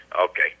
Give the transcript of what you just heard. Okay